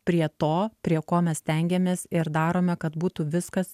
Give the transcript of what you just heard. prie to prie ko mes stengiamės ir darome kad būtų viskas